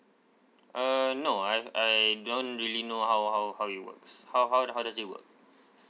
uh no I h~ I don't really know how how how it works how how how does it work